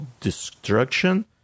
destruction